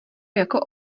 jako